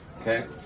Okay